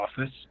office